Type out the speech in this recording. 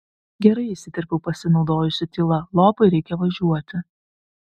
gerai įsiterpiau pasinaudojusi tyla lopui reikia važiuoti